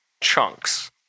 chunks